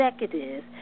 executives